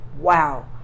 wow